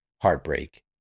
heartbreak